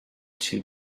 two